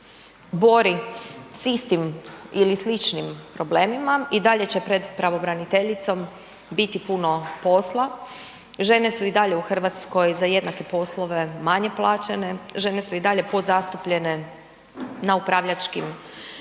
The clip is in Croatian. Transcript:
bori s istim ili sličnim problemima, i dalje će pred pravobraniteljicom biti puno posla. Žene su i dalje u Hrvatskoj za jednake poslove manje plaćene, žene su i dalje podzastupljene na upravljačkim pozicijama,